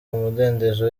umudendezo